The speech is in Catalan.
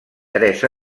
tres